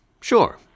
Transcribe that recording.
Sure